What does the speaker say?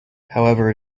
however